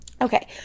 okay